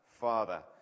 Father